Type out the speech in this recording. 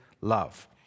love